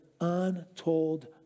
untold